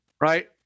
right